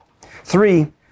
Three